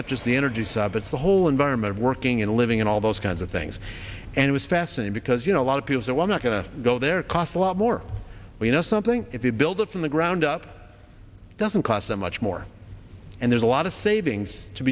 not just the energy sob it's the whole environment of working and living and all those kinds of things and we fascinating because you know a lot of people said well not going to go there cost a lot more you know something if you build it from the ground up doesn't cost so much more and there's a lot of savings to